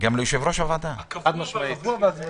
הקבוע והזמני.